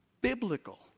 biblical